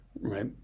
Right